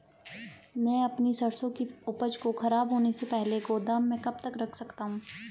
मैं अपनी सरसों की उपज को खराब होने से पहले गोदाम में कब तक रख सकता हूँ?